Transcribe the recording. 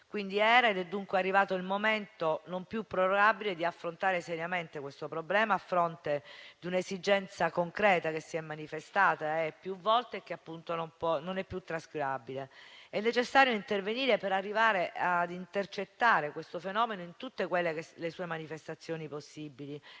giorno. Era ed è dunque arrivato il momento non più prorogabile di affrontare seriamente questo problema a fronte di un'esigenza concreta, che si è manifestata più volte e che non è più trascurabile. È necessario intervenire per arrivare ad intercettare questo fenomeno in tutte quelle che sono le sue manifestazioni possibili,